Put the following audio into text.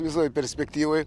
visoj perspektyvoj